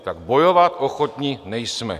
Tak bojovat ochotni nejsme.